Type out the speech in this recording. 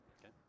Okay